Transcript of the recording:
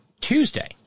Tuesday